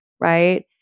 Right